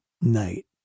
night